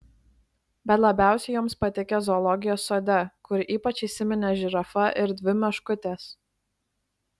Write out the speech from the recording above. bet labiausiai joms patikę zoologijos sode kur ypač įsiminė žirafa ir dvi meškutės